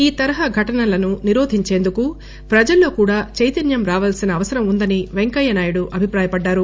ఈ తరహా ఘటనలను నిరోధించేందుకు ప్రజల్లో కూడా చైతన్యం రావలసిన అవసరం ఉందని వెంకయ్యనాయుడు అభిప్రాయపడ్లారు